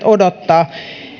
odottaa